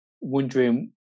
wondering